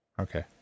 Okay